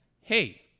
Hey